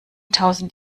tausend